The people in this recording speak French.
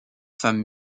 femme